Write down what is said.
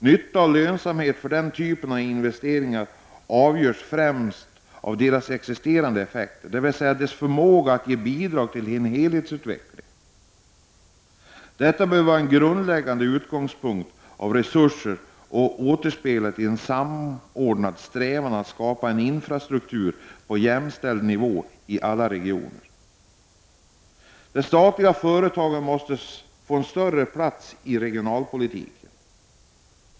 Nytta och lönsamhet för denna typ av investeringar avgörs främst av deras externa effekter, dvs. deras förmåga att ge bidrag till helhetsutvecklingen. Detta bör vara en grundläggande utgångspunkt och återspeglas i en samordnad strävan att skapa en infrastruktur på jämställd nivå i alla regioner. Det statliga företagen måste få en större plats i regionalpolitiken.